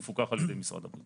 מפוקח על ידי משרד הבריאות.